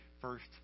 first